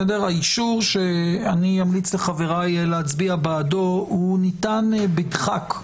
האישור שאני אמליץ לחבריי להצביע בעדו, ניתן בדחק,